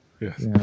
yes